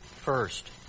first